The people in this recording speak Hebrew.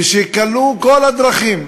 וכשכלו כל הדרכים,